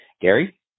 Gary